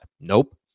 Nope